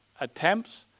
attempts